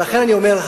לכן, אני אומר,